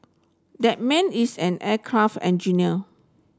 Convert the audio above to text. that man is an aircraft engineer